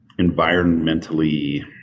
environmentally